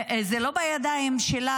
זה לא בידיים שלה.